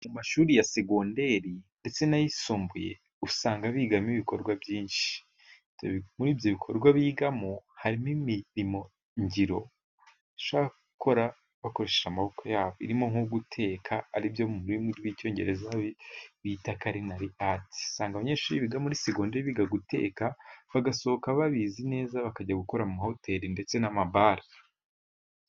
Mu mashuri ya segonderi ndetse n'ayisumbuye usanga bigamo ibikorwa byinshi, muri ibyo bikorwa bigamo harimo imirimongiro bashobora gukora bakoreshaje amaboko yabo irimo nko guteka, ari byo mu rurimi rw'icyongereza bita karinari ati . Usanga abanyeshuri biga muri segonderi biga guteka bagasohoka babizi neza, bakajya gukora mu mahoteli ndetse n'amabare.